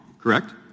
correct